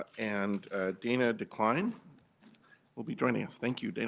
and dina decline will be joining us. thank you.